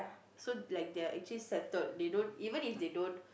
so like their actually settled they don't even if they don't